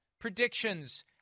predictions